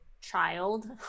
child